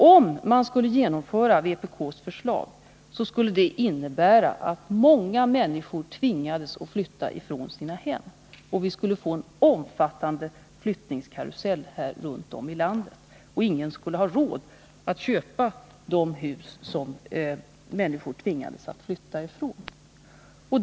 Om man skulle genomföra vpk:s förslag så skulle det innebära att många människor tvingades flytta från sina hem, och vi skulle få en omfattande flyttningskarusell runt om i landet. Ingen skulle ha råd att köpa de hus som människor tvingades att flytta ifrån.